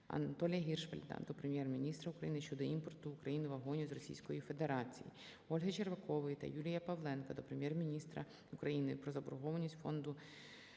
Анатолія Гіршфельда до Прем'єр-міністра України щодо імпорту в Україну вагонів з Російської Федерації. Ольги Червакової та Юрія Павленка до Прем'єр-міністра України про заборгованість Фонду